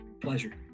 pleasure